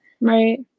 Right